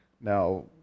Now